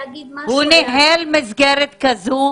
להגיד משהו --- הוא ניהל מסגרת כזו?